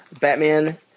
Batman